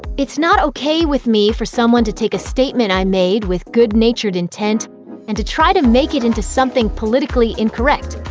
it is not ok with me for someone to take a statement i made with good-natured intent and to try and make it into something politically incorrect.